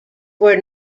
were